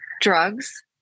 drugs